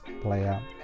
player